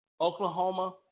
Oklahoma